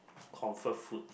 comfort food